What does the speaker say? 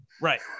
Right